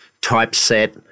typeset